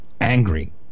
angry